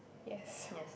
yes